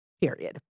Period